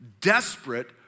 desperate